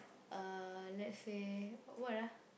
uh let's say what ah